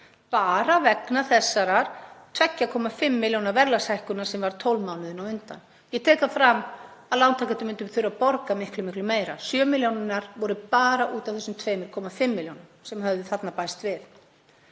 bara vegna þessarar 2,5 milljóna verðlagshækkunar sem var 12 mánuðina á undan. Ég tek það fram að lántakendur myndu þurfa að borga miklu meira, 7 milljónirnar voru bara út af þessum 2,5 milljónum sem þarna höfðu bæst við.